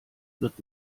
wird